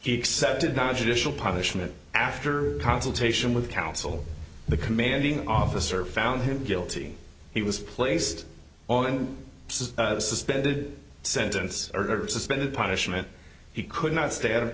he accepted non judicial punishment after consultation with counsel the commanding officer found him guilty he was placed on a suspended sentence or suspended punishment he could not stay out of